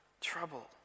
trouble